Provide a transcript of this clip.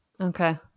Okay